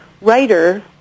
writer